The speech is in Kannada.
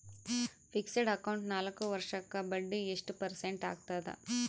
ಫಿಕ್ಸೆಡ್ ಅಕೌಂಟ್ ನಾಲ್ಕು ವರ್ಷಕ್ಕ ಬಡ್ಡಿ ಎಷ್ಟು ಪರ್ಸೆಂಟ್ ಆಗ್ತದ?